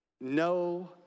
no